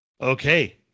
Okay